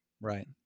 Right